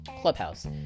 clubhouse